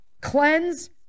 cleanse